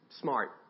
smart